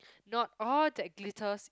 not all that glitters